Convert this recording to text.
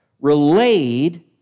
relayed